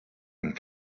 and